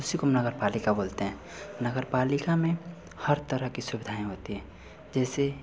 उसी को हम नगर पालिका बोलते हैं नगर पालिका में हर तरह के सुविधाएं होती हैं जैसे